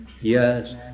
Yes